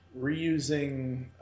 reusing